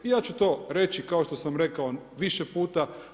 Ja ću to reći kao što sam rekao više puta.